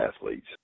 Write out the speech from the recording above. athletes